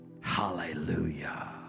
Hallelujah